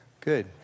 good